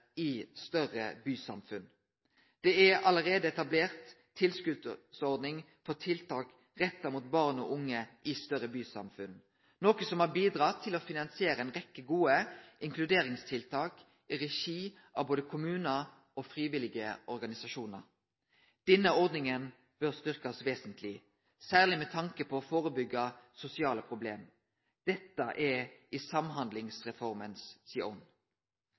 i større bysamfunn. Det er allereie etablert ei tilskotsordning for tiltak retta mot barn og unge i større bysamfunn, noko som har bidrege til å finansiere ei rekke gode inkluderingstiltak i regi av både kommunar og frivillige organisasjonar. Denne ordninga bør styrkjast vesentleg, særleg med tanke på å førebyggje sosiale problem. Dette er i Samhandlingsreformas